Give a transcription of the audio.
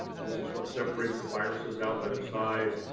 this is what separates the viruses out by their size.